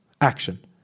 action